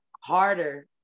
harder